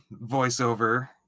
voiceover